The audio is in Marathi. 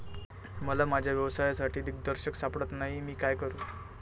मला माझ्या व्यवसायासाठी दिग्दर्शक सापडत नाही मी काय करू?